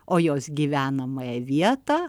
o jos gyvenamąją vietą